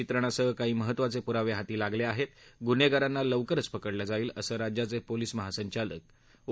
चित्रणासह काही महत्त्वाचे पुरावे हाती लागले आहेत गुन्हेरांना लवकरच पकडलं जाईल असं राज्याचे पोलीस महासंचालक ओ